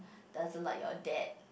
doesn't like your dad